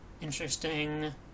Interesting